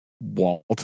Walt